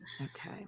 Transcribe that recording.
Okay